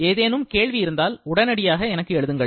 ஏதேனும் கேள்வி இருந்தால் உடனடியாக எனக்கு எழுதுங்கள்